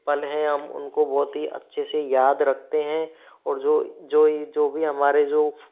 पल हैं हम उनको बहुत ही अच्छे से याद रखते हैं और जो जो यह जो भी हमारे जो